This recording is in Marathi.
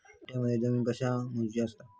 गुंठयामध्ये जमीन कशी मोजूची असता?